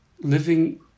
living